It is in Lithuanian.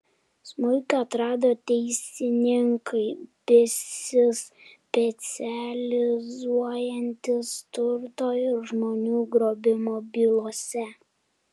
smuiką atrado teisininkai besispecializuojantys turto ir žmonių grobimo bylose